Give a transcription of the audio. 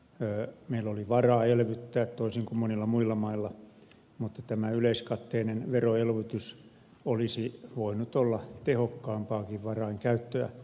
meillä oli varaa elvyttää toisin kuin monilla muilla mailla mutta tämä yleiskatteinen veroelvytys olisi voinut olla tehokkaampaakin varainkäyttöä